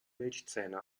milchzähne